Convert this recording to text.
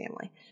family